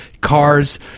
cars